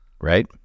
Right